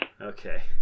Okay